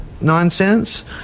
nonsense